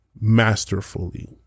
masterfully